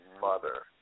mother